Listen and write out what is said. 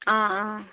অঁ অঁ